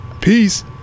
peace